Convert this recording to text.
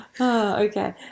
Okay